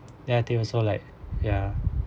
then I think also like ya